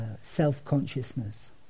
self-consciousness